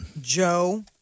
Joe